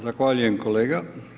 Zahvaljujem, kolega.